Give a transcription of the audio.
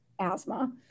asthma